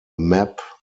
map